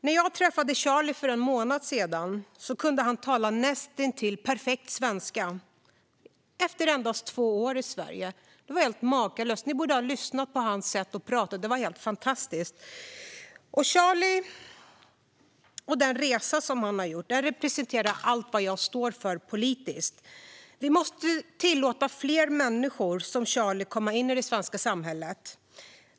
När jag träffade Charlie för en månad sedan kunde han tala näst intill perfekt svenska, efter endast två år i Sverige. Det är helt makalöst! Ni borde ha lyssnat på hans sätt att tala. Det var helt fantastiskt. Charlie och den resa han har gjort representerar allt det jag står för politiskt. Vi måste tillåta fler människor som Charlie att komma in i det svenska samhället.